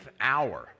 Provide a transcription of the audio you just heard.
hour